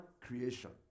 creation